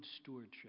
stewardship